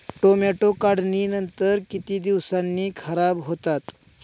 Tomato काढणीनंतर किती दिवसांनी खराब होतात?